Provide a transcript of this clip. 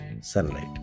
sunlight